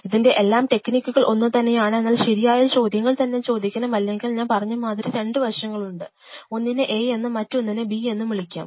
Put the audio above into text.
ഇതിൻറെ എല്ലാം ടെക്നിക്കുകൾ ഒന്നുതന്നെയാണ് എന്നാൽ ശരിയായ ചോദ്യങ്ങൾ തന്നെ ചോദിക്കണം അല്ലെങ്കിൽ ഞാൻ പറഞ്ഞ മാതിരി രണ്ടു വശങ്ങളുണ്ട് ഒന്നിനെ A എന്നും മറ്റൊന്നിനെ B എന്നു വിളിക്കാം